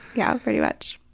yeah pretty much.